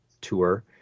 tour